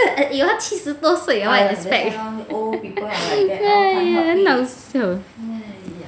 !aiyo! 他七十多岁了 what do you expect !aiya! 很好笑